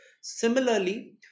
Similarly